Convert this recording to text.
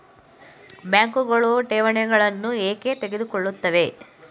ಬ್ಯಾಂಕುಗಳು ಠೇವಣಿಗಳನ್ನು ಏಕೆ ತೆಗೆದುಕೊಳ್ಳುತ್ತವೆ?